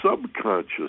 subconscious